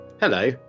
Hello